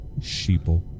Sheeple